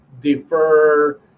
defer